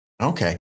Okay